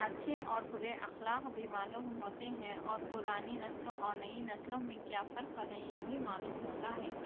اچّھے اور بُرے اخلاق بھی معلوم ہوتے ہیں اور پرانی نسلوں اور نئی نسلوں میں کیا فرق ہے یہ بھی معلوم ہوتا ہے